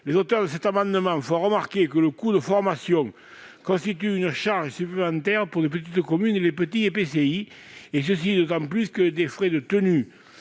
Toutefois, nous voulons faire remarquer que le coût de formation constitue une charge supplémentaire pour les petites communes et les petits EPCI, et ce d'autant plus que des frais de tenue